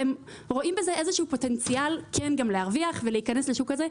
והם רואים בזה איזשהו פוטנציאל גם להרוויח ולהיכנס לשוק הזה,